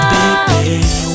Baby